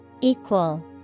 Equal